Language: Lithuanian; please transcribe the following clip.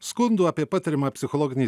skundų apie patiriamą psichologinį